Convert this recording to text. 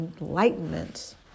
Enlightenment